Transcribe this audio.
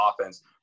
offense